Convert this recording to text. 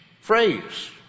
phrase